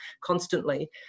constantly